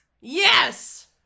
Yes